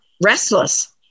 restless